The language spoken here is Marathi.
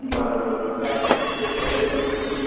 बरं बरं बरं काय सर तुमचं सॅलरी वगैरे किती आहे